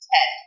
Ten